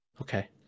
Okay